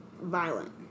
Violent